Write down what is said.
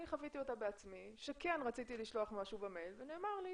אני בעצמי חוויתי אותה כשרציתי לשלוח משהו במייל ונאמר לי